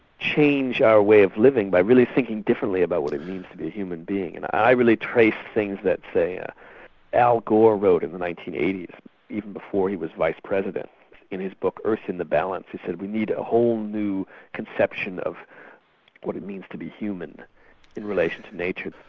change our way of living by really thinking differently about what it means to be a human being. and i really traced things that, say, ah al gore wrote in the nineteen eighty even before he was vice president in his book, earth and the balance. he said we need a whole new conception of what it means to be human in relation to nature.